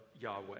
Yahweh